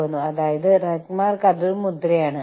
ഞങ്ങൾ കഴിച്ച രീതി വ്യത്യസ്തമായിരുന്നു